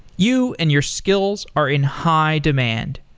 you and your skills are in high demand.